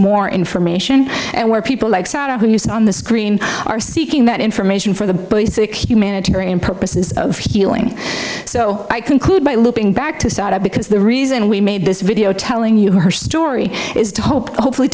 more information and where people like saddam hussein on the screen are seeking that information for the basic humanitarian purposes of healing so i conclude by looping back to saddam because the reason we made this video telling you her story is to hopefully